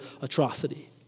atrocity